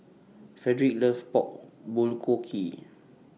Frederic loves Pork Bulgogi